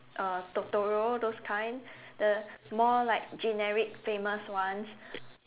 uh Totoro those kind the more like generic famous ones